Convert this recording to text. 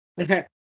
Okay